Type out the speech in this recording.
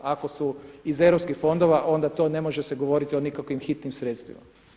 Ako su iz europskih fondova onda to ne može se govoriti o nikakvim hitnim sredstvima.